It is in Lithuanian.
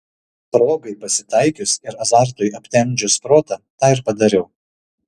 progai pasitaikius ir azartui aptemdžius protą tą ir padariau